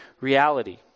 reality